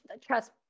trust-